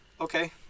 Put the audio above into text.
Okay